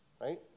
right